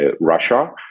Russia